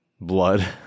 blood